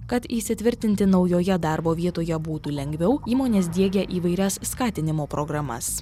kad įsitvirtinti naujoje darbo vietoje būtų lengviau įmonės diegia įvairias skatinimo programas